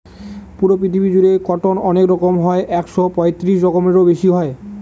পুরো পৃথিবী জুড়ে কটন অনেক রকম হয় একশো পঁয়ত্রিশ রকমেরও বেশি হয়